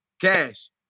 Cash